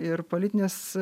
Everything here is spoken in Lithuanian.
ir politinės